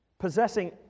Possessing